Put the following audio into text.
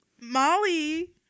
molly